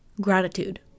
Gratitude